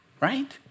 right